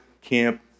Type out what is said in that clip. camp